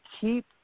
keep